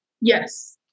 Yes